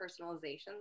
personalization